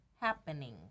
happening